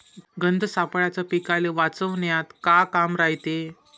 गंध सापळ्याचं पीकाले वाचवन्यात का काम रायते?